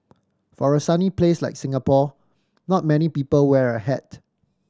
for a sunny place like Singapore not many people wear a hat